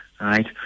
right